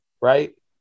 right